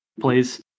please